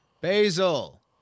Basil